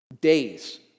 Days